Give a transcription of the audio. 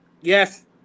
Yes